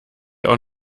auch